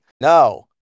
no